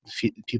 people